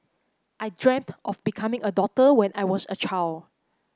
I dreamt of becoming a doctor when I was a child